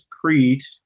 Crete